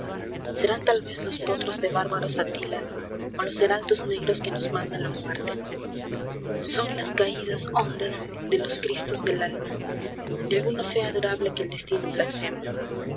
fuerte serán talvez los potros de bárbaros atilas o los heraldos negros que nos manda la muerte cesar a vallejo son las caidas hondas de los cristos del alma de alguna fe adorable que el destino blasfema